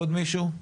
עוד מישהו?